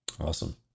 Awesome